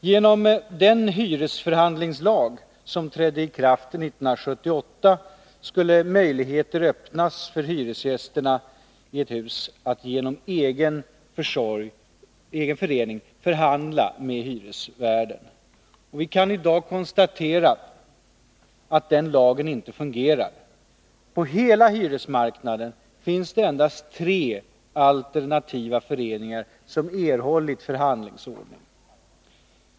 Genom den hyresförhandlingslag som trädde i kraft 1978 skulle möjligheter öppnas för hyresgästerna i ett hus att genom egen förening förhandla med hyresvärden. Vi kan i dag konstatera att lagen inte fungerar. På hela hyresmarknaden finns endast tre ”alternativa” föreningar som erhållit förhandlingsordning.